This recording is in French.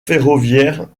ferroviaire